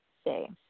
stay